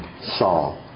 Saul